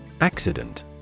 Accident